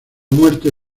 muerte